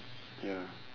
ya